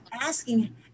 asking